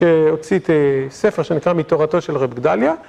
הוציא ספר שנקרא מתורתו של רב גדליה